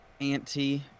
auntie